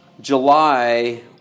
July